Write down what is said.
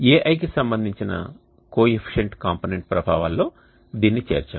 ai కి సంబంధించిన coefficient component ప్రభావాలలో దీనిని చేర్చాము